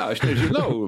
aš nežinau